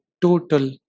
total